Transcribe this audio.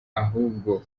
ahubwo